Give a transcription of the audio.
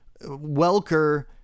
Welker